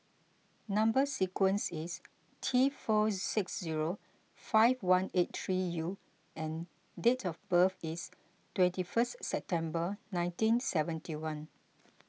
Number Sequence is T four six zero five one eight three U and date of birth is twenty first September nineteen seventy one